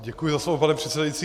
Děkuji za slovo, pane předsedající.